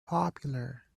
popular